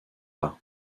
pas